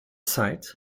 zeit